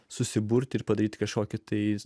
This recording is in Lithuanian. susiburti ir padaryti kažkokį tai